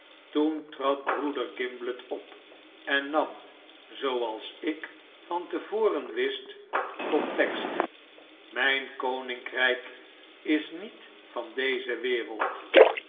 toen trad broeder gimblet op en nam zooals ik van te voren wist tot tekst mp koninkrp is niet van deze wereld